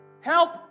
Help